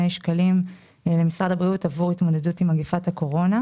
שקלים למשרד הבריאות עבור התמודדות עם מגפת הקורונה.